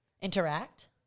interact